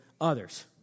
others